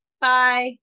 Bye